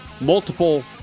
multiple